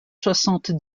soixante